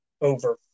over